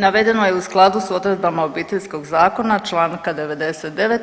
Navedeno je u skladu s odredbama Obiteljskog zakona čl. 99.